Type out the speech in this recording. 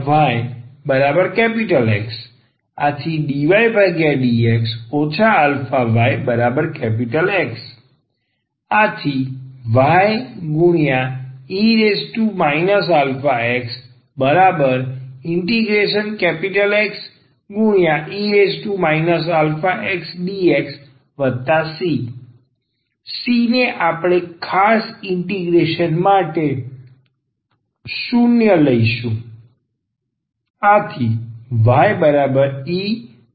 ⟹D ayX ⟹dydx ayX ⟹ye axXe axdxC C ને આપણે ખાસ ઇન્ટીગ્રેશન માટે 0 લઈશું